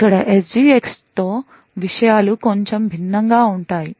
ఇక్కడ SGX తో విషయాలు కొంచెం భిన్నంగా ఉంటాయి